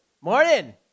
Morning